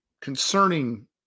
concerning